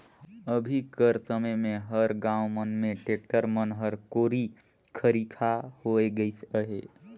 अभी कर समे मे हर गाँव मन मे टेक्टर मन हर कोरी खरिखा होए गइस अहे